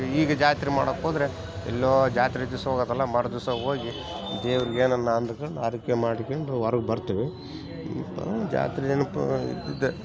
ಈಗ ಜಾತ್ರೆ ಮಾಡೊಕ್ ಹೋದರೆ ಎಲ್ಲ ಜಾತ್ರೆ ದಿವಸ ಹೋಗೋದಲ್ಲ ಮರುದಿವಸ ಹೋಗಿ ದೇವರಿಗೆ ಏನನ್ನಾ ಅಂದುಕಂಡ್ ಹರಕೆ ಮಾಡಿಕೊಂಡ್ ಹೊರಾಗ್ ಬರ್ತೀವಿ ಜಾತ್ರೆ ನೆನಪು ಇದ್ದಿದ್ದೇ